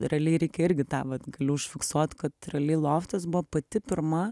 realiai reikia irgi tą vat gali užfiksuot kad realiai loftas buvo pati pirma